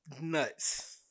nuts